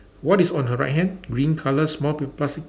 what is on her right hand green colour small p~ plastic